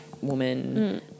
woman